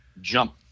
jump